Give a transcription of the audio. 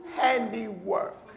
handiwork